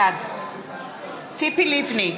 בעד ציפי לבני,